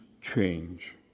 change